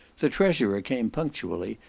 the treasurer came punctually,